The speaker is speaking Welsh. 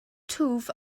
twf